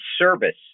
service